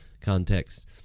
context